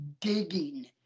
digging